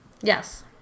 Yes